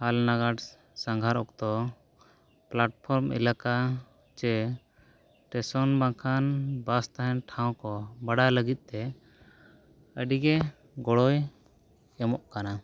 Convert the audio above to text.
ᱟᱨ ᱱᱟᱜᱟᱨ ᱥᱟᱸᱜᱷᱟᱨ ᱚᱠᱛᱚ ᱯᱞᱟᱴᱯᱷᱚᱨᱢ ᱮᱞᱟᱠᱟ ᱥᱮ ᱥᱴᱮᱥᱚᱱ ᱵᱟᱝᱠᱷᱟᱱ ᱵᱟᱥ ᱛᱟᱦᱮᱱ ᱴᱷᱟᱶ ᱠᱚ ᱵᱟᱰᱟᱭ ᱞᱟᱹᱜᱤᱫᱼᱛᱮ ᱟᱹᱰᱤᱜᱮ ᱜᱚᱲᱚᱭ ᱮᱢᱚᱜ ᱠᱟᱱᱟ